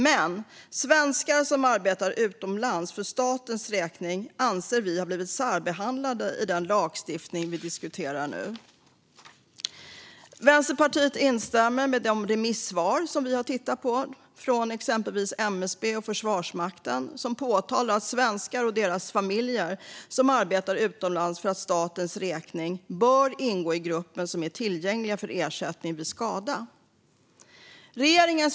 Men vi anser att svenskar som arbetar utomlands för statens räkning har blivit särbehandlade i den lagstiftning som vi nu diskuterar. Vänsterpartiet instämmer i de remissvar som vi har tittat på från exempelvis MSB och Försvarsmakten som påpekar att svenskar och deras familjer som arbetar utomlands för statens räkning bör ingå i den grupp som är tillgänglig för ersättning vid skada. Fru talman!